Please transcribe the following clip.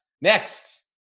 Next